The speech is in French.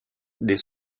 des